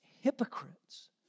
hypocrites